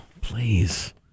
please